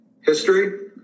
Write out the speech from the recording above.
history